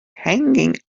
hanging